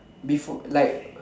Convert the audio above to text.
before like